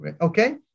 okay